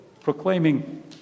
proclaiming